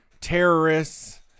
terrorists